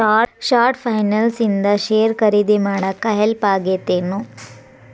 short finance ಇಂದ share ಖರೇದಿ ಮಾಡಾಕ ಹೆಲ್ಪ್ ಆಗತ್ತೇನ್